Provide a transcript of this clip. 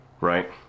right